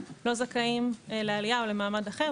לא זכאים לעלייה או למעמד אחר.